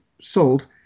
sold